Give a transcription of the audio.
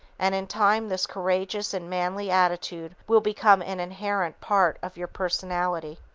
and in time this courageous and manly attitude will become an inherent part of your personality.